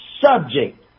subject